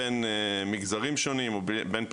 קודם כל